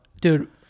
dude